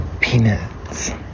peanuts